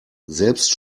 selbst